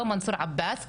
לא מנסור עבאס.